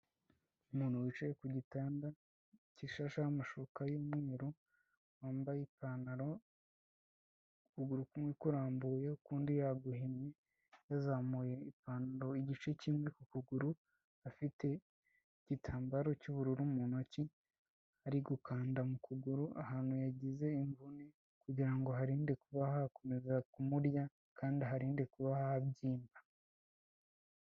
Umuntu wicaye ku gitanda, gishasheho amashuka y'umweru, wambaye ipantaro, ukuguru kumwe kurambuye ukundi yaguhinnye, yazamuye ipantaro igice kimwe ku kuguru, afite igitambaro cy'ubururu mu ntoki, ari gukanda mu kuguru ahantu yagize imvune, kugira ngo aharinde kuba hakomeza kumurya, kandi aharinde kuba habyimba.